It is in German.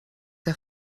der